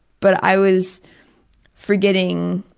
but i was forgetting